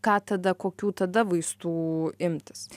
ką tada kokių tada vaistų imtis